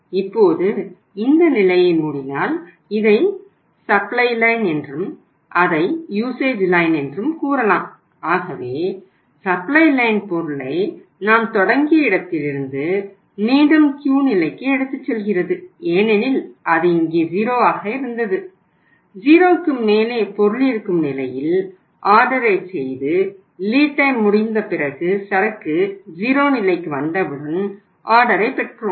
இப்போது இந்த நிலையை மூடினால் இதை சப்ளை லைன் முடிந்த பிறகு சரக்கு 0 நிலைக்கு வந்தவுடன் ஆர்டரைப் பெற்றோம்